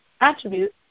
attribute